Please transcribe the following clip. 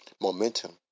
momentum